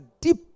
deep